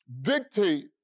dictate